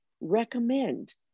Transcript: recommend